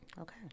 Okay